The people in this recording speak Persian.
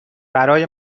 برای